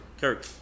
Kirk